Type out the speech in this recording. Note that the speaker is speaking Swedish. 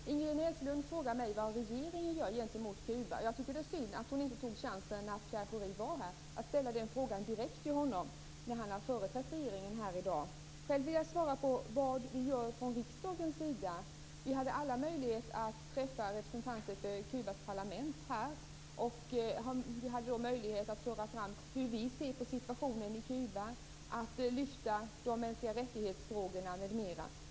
Herr talman! Ingrid Näslund frågade mig vad regeringen gör gentemot Kuba. Jag tycker att det var synd att hon inte tog chansen när Pierre Schori var här att ställa den frågan direkt till honom när han företrädde regeringen här i dag. Jag vill svara på vad vi gör från riksdagens sida. Vi hade alla möjlighet att träffa representanter för Kubas parlament här. Vi hade då möjlighet att föra fram hur vi ser på situationen i Kuba och att lyfta fram frågorna om mänskliga rättigheter m.m.